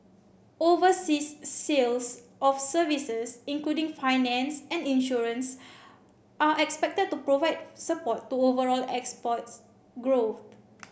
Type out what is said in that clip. overseas sales of services including finance and insurance are expected to provide support to overall exports growth